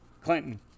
Clinton